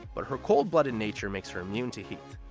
but her cold-blooded nature makes her immune to heat.